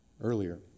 earlier